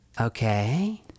Okay